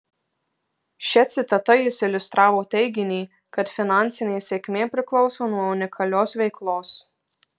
šia citata jis iliustravo teiginį kad finansinė sėkmė priklauso nuo unikalios veiklos